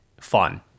fun